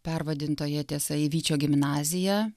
pervadintoje tiesa į vyčio gimnaziją